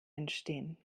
entstehen